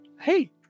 Hey